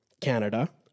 Canada